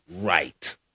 right